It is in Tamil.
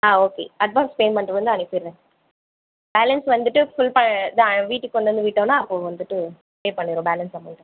ஆ ஓகே அட்வான்ஸ் பேமென்ட் வந்து அனுப்பிறேன் பேலன்ஸ் வந்துட்டு ஃபுல் ப தான் வீட்டுக்கு கொண்டு வந்து விட்டோன்னா அப்போ வந்துவிட்டு பே பண்ணிடுறோம் பேலன்ஸ் அமௌன்ட்டு